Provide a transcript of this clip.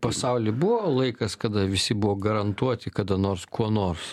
pasauly buvo laikas kada visi buvo garantuoti kada nors kuo nors